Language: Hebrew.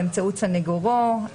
באמצעות סנגורו".